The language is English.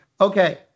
okay